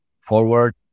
forward